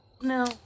No